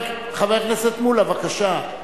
חבר הכנסת מולה, בבקשה.